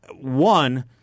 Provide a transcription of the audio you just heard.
One